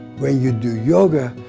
when you do yoga,